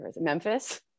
Memphis